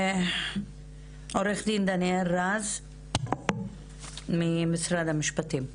עו"ד דניאל רז ממשרד המשפטים.